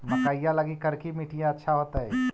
मकईया लगी करिकी मिट्टियां अच्छा होतई